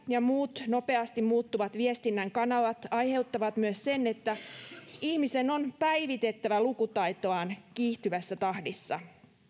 ja muut nopeasti muuttuvat viestinnän kanavat aiheuttavat myös sen että ihmisen on päivitettävä lukutaitoaan kiihtyvässä tahdissa